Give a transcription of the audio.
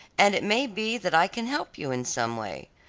and it may be that i can help you in some way.